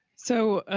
so,